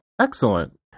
Excellent